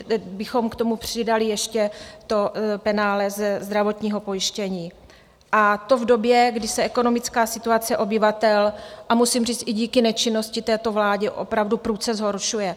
kdybychom k tomu ještě přidali to penále ze zdravotního pojištění, a to v době, kdy se ekonomická situace obyvatel a musím říct, i díky nečinnosti této vlády opravdu prudce zhoršuje.